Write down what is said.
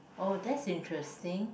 oh that's interesting